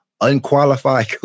unqualified